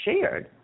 shared